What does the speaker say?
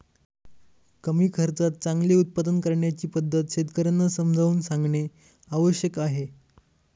कमी खर्चात चांगले उत्पादन करण्याची पद्धत शेतकर्यांना समजावून सांगणे आवश्यक आहे